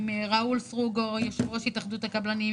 עם ראול סרוגו יושב ראש התאחדות הקבלנים,